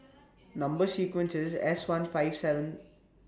Number sequence IS S one five seven